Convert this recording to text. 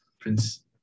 Prince